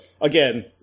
again